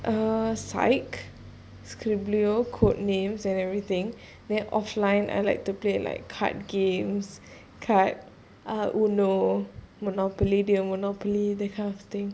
uh psych skribblio codenames and everything then offline I like to play like card games card ah uno monopoly deal monopoly that kind of thing